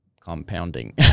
compounding